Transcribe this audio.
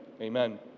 Amen